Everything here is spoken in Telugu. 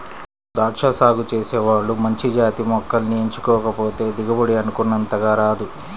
దాచ్చా సాగు చేసే వాళ్ళు మంచి జాతి మొక్కల్ని ఎంచుకోకపోతే దిగుబడి అనుకున్నంతగా రాదు